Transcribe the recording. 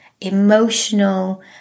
emotional